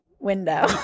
window